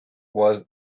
was